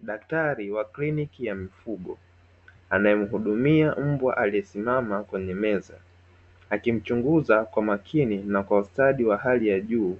Daktari wa kliniki ya mifugo anayemhudumia mbwa aliyesimama kwenye meza. akimchunguza kwa makini na kwa ustadi wa hali ya juu